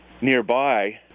nearby